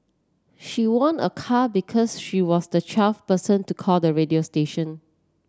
she won a car because she was the twelfth person to call the radio station